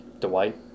Dwight